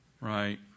right